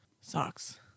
Socks